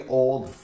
old